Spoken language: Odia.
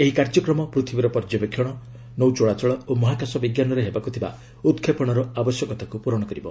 ଏହି କାର୍ଯ୍ୟକ୍ରମ ପୃଥିବୀର ପର୍ଯ୍ୟବେକ୍ଷଣ ନୌଚଳାଚଳ ଓ ମହାକାଶ ବିଜ୍ଞାନରେ ହେବାକୁ ଥିବା ଉତ୍କ୍ଷେପଣର ଆବଶ୍ୟକତାକୁ ପୂରଣ କରିବ